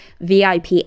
VIP